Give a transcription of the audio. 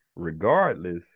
Regardless